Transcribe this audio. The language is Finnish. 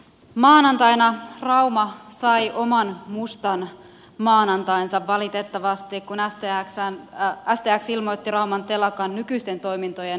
maanantaina rauma sai oman mustan maanantainsa valitettavasti kun stx ilmoitti rauman telakan nykyisten toimintojen lakkauttamisesta